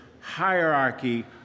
hierarchy